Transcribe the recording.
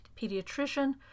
pediatrician